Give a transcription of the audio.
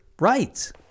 Right